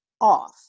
off